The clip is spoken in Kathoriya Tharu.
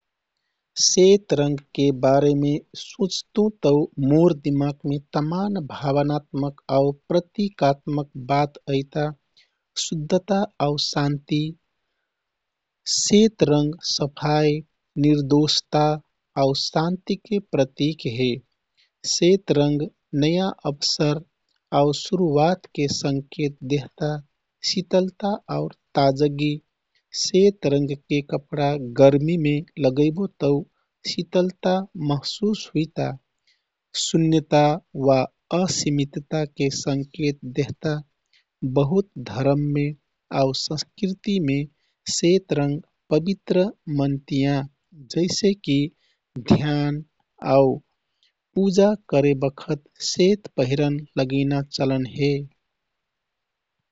सेत रंगके बारेमे सुँच्तु तौ मोर दिमागमे तमान भावनात्मक आउ प्रतीकात्मक बात अइता। शुद्धता आउ शान्ति, सेत रंग सफाइ निर्दोषता, आउ शान्तिके प्रतिक हे। सेत रंग नयाँ अवसर आउ सुरूवातके संकेत देहता। शितलता आउ ताजगी, सेत रंगके कपडा गर्मिमे लगैबो तौ शितलता महसुस हुइता। शुन्यता वा असीमितता के संकेत देहता। बहुत धरम आउ संस्कृतिमे सेत रंग पवित्र मनतियाँ, जैसेकी ध्यान आउ पूजा करे बखत सेत पहिरन लगैना चलन हे।